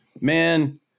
man